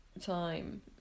Time